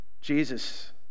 Jesus